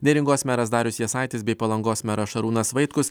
neringos meras darius jasaitis bei palangos meras šarūnas vaitkus